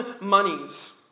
monies